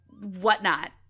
whatnot